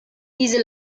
diese